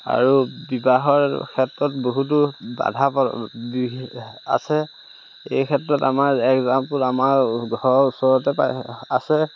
আৰু বিবাহৰ ক্ষেত্ৰত বহুতো বাধা আছে এই ক্ষেত্ৰত আমাৰ একজাম্পল আমাৰ ঘৰৰ ওচৰতে পায় আছে